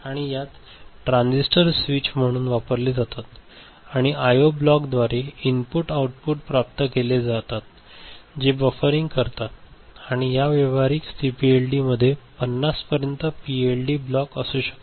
आणि यात transistor switch म्हणून वापरले जातात आणि आय ओ ब्लॉकद्वारे इनपुट आउटपुट प्राप्त केले जातात जे बफरिंग करतात आणि व्यावहारिक सीपीएलडीएमध्ये 50 पर्यंत पीएलडी ब्लॉक असू शकतात